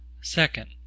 Second